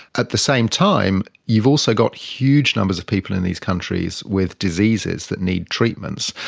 at the same time, you've also got huge numbers of people in these countries with diseases that need treatments.